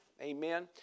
Amen